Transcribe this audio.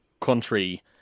country